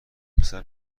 پسر